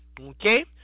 okay